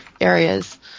areas